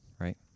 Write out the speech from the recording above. right